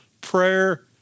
prayer